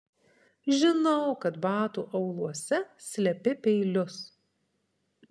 žinau kad batų auluose slepi peilius